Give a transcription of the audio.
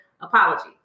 apology